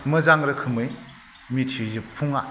मोजां रोखोमै मिथिजोबफुङा